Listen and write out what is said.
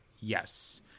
Yes